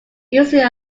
usually